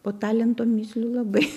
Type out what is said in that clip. po talento mįslių labai